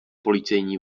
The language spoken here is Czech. policejní